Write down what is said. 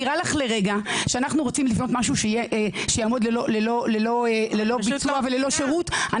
נראה לך לרגע שאנחנו רוצים לבנות משהו שיעמוד ללא ביצוע וללא שירות?